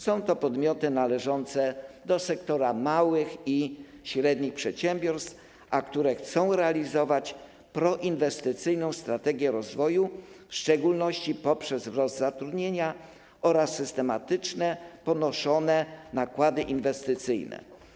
Są to podmioty należące do sektora małych i średnich przedsiębiorstw, a które chcą realizować proinwestycyjną strategię rozwoju w szczególności poprzez wzrost zatrudnienia oraz systematycznie ponoszone nakłady inwestycyjne.